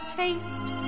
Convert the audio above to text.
taste